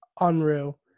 Unreal